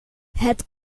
het